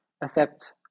accept